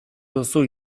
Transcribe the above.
duzu